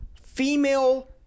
female